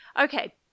Okay